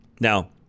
Now